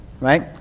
right